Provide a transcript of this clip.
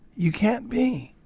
you can't be.